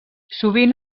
sovint